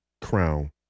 crown